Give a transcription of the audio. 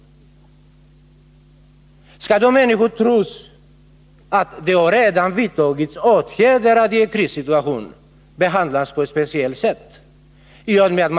Skall 33 dessa människor tro att det redan har vidtagits åtgärder för att i en krissituation behandla dem på ett speciellt sätt?